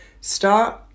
start